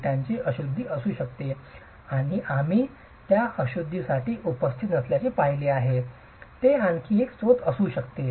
वीटात अशुद्धी असू शकते आणि आम्ही त्या अशुद्धी उपस्थित असल्याचे पाहिले आहे ते आणखी एक स्रोत असू शकते